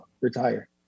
retire